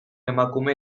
emakume